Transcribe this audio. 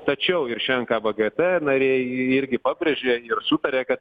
tačiau ir šiandien ką v g t nariai irgi pabrėžė ir sutaria kad